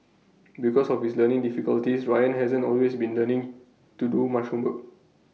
because of his learning difficulties Ryan hasn't always been learning to do much homework